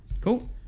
Cool